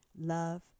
Love